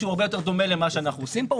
שהוא הרבה יותר דומה למה שאנחנו עושים פה.